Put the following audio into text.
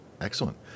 Excellent